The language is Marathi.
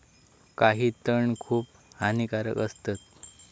काही तण खूप हानिकारक असतत